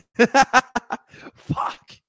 Fuck